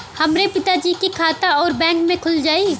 हमरे पिता जी के खाता राउर बैंक में खुल जाई?